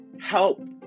help